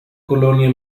colonia